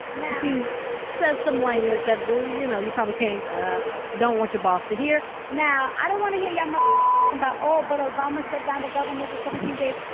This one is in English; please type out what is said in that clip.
now. she's says some language that, you know, you probably can't ah don't want your boss to hear now, i don't want to hear y'all ah about, oh, but obama shut down the government for seventeen days.